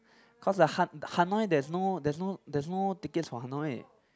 cause the Ha~ hanoi there's no there's no there's no tickets for hanoi